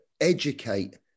educate